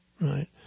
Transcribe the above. right